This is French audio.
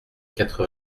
quatre